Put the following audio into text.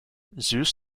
zeus